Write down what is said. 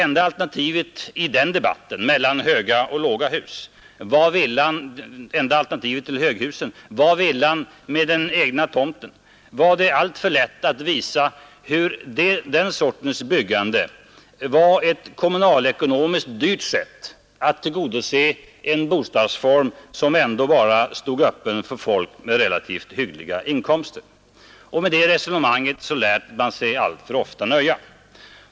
När i den debatten det enda alternativet till höghus var villa med den egna tomten var det alltför lätt att visa hur den sortens byggande var ett kommunalekonomiskt dyrt sätt att tillgodose en bostadsform som ändå bara stod öppen för folk med relativt hyggliga inkomster. Med det resonemanget lät man sig alltför ofta nöja.